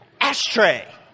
Ashtray